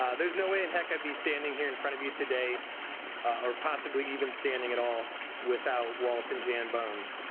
ah there's no way in heck i'd be standing here in front of you today or possibly even standing at all without walt and jan bones.